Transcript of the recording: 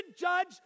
judge